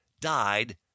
died